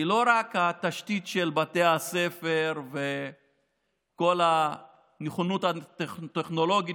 כי לא רק התשתית של בתי הספר וכל המוכנות הטכנולוגית